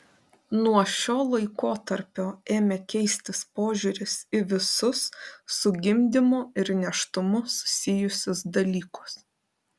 nuo šio laikotarpio ėmė keistis požiūris į visus su gimdymu ir nėštumu susijusius dalykus